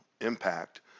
impact